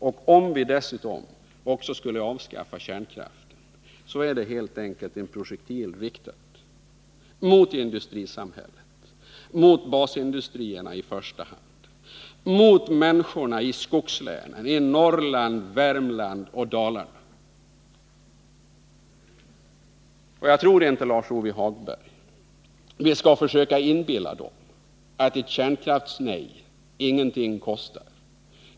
Om vi dessutom skulle avskaffa kärnkraften vore det helt enkelt en projektil riktad mot industrisamhället — i första hand mot basindustrierna — och mot människorna i skogslänen i Norrland, Värmland och Dalarna. Jag tror inte, Lars-Ove Hagberg, att vi skall försöka inbilla människorna att ett nej till kärnkraft ingenting kostar.